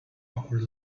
awkward